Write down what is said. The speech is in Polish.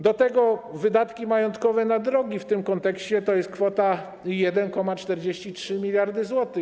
Do tego wydatki majątkowe na drogi w tym kontekście to jest kwota 1,43 mld zł.